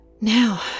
Now